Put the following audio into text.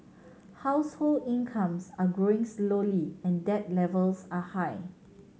household incomes are growing slowly and debt levels are high